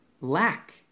lack